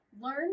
Learn